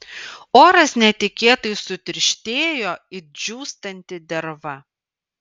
oras netikėtai sutirštėjo it džiūstanti derva